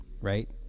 right